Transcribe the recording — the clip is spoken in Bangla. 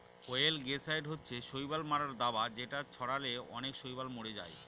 অয়েলগেসাইড হচ্ছে শৈবাল মারার দাবা যেটা ছড়ালে অনেক শৈবাল মরে যায়